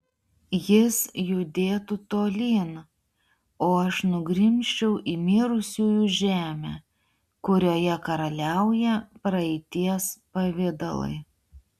jis judėtų tolyn o aš nugrimzčiau į mirusiųjų žemę kurioje karaliauja praeities pavidalai